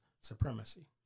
supremacy